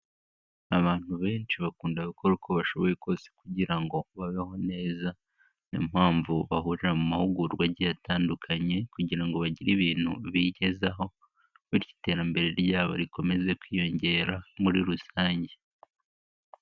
Abantu benshi bakunda gukora uko bashoboye kose kugira ngo babeho neza, niyo mpamvu bahurira mu mahugurwa atandukanye kugira ngo bagire ibintu bigezaho bityo iterambere ryabo rikomeze kwiyongera muri rusange.